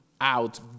out